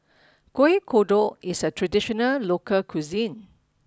Kueh Kodok is a traditional local cuisine